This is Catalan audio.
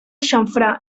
xamfrà